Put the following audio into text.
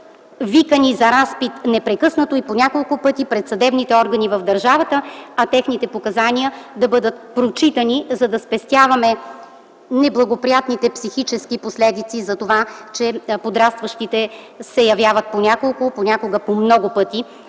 викани за разпит непрекъснато и по няколко пъти пред съдебните органи в държавата, а техните показания да бъдат прочитани, за да спестяваме неблагоприятните психически последици за това, че подрастващите се явяват по няколко, понякога по много пъти